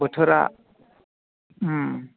बोथोरा